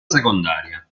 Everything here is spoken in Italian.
secondaria